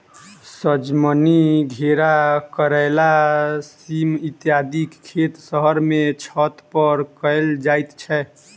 सजमनि, घेरा, करैला, सीम इत्यादिक खेत शहर मे छत पर कयल जाइत छै